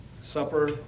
Supper